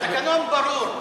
התקנון ברור.